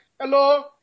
Hello